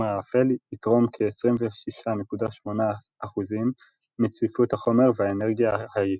האפל יתרום כ-26.8% מצפיפות החומר והאנרגיה היקומית.